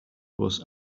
was